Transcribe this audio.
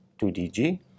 2DG